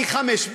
פי-חמישה,